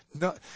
No